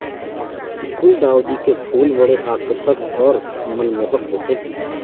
गुलदाउदी के फूल बड़े आकर्षक और मनमोहक होते हैं